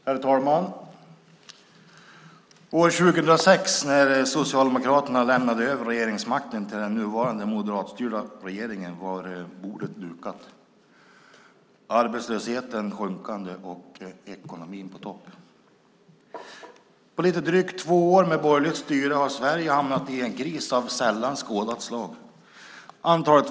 Herr talman! År 2006 när Socialdemokraterna lämnade över regeringsmakten till den nuvarande moderatstyrda regeringen var bordet dukat, arbetslösheten sjunkande och ekonomin på topp. På lite drygt två år med borgerligt styre har Sverige hamnat i en kris av sällan skådat slag.